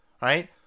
right